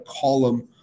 column